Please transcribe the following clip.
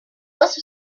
also